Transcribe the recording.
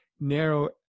narrow